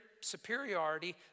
superiority